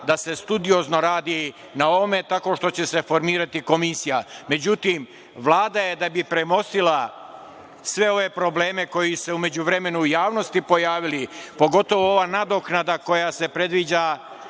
da se studiozno radi na ovome, tako što će se formirati komisija.Međutim, Vlada je, da bi premostila sve ove probleme koji su se u međuvremenu u javnosti pojavili, pogotovo ova nadoknada koja se predviđa